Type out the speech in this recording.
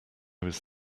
was